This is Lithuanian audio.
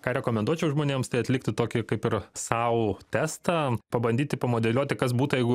ką rekomenduočiau žmonėms tai atlikti tokį kaip ir sau testą pabandyti pamodeliuoti kas būtų jeigu